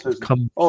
Come